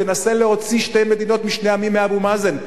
תנסה להוציא שתי מדינות לשני עמים מאבו מאזן,